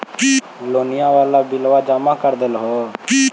लोनिया वाला बिलवा जामा कर देलहो?